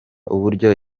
uburyo